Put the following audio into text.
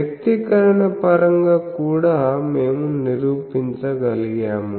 వ్యక్తీకరణ పరంగా కూడా మేము నిరూపించగలిగాము